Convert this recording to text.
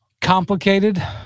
complicated